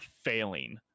failing